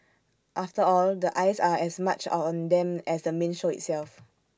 after all the eyes are as much are on them as the main show itself